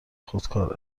خودکار